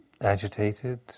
Agitated